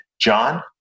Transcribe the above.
John